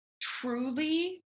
truly